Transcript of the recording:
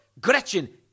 Gretchen